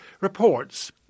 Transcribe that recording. reports